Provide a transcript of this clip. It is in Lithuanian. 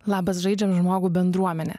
labas žaidžiam žmogų bendruomenę